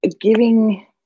Giving